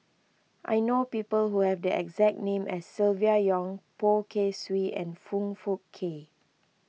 I know people who have the exact name as Silvia Yong Poh Kay Swee and Foong Fook Kay